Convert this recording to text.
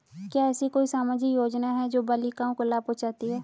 क्या ऐसी कोई सामाजिक योजनाएँ हैं जो बालिकाओं को लाभ पहुँचाती हैं?